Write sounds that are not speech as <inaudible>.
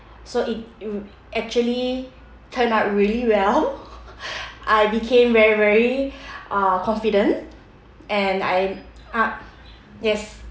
so it it actually turned out really well <laughs> I became very very uh confident and I uh yes